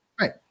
Right